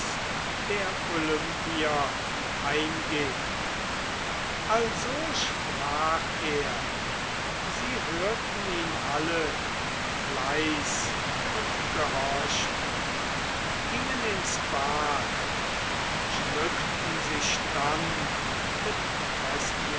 der olympier eingibt also sprach er sie hörten ihm alle mit fleiß und gehorchten gingen ins bad und schmückten sich dann mit